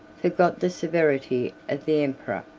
forgot the severity of the emperor,